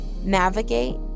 navigate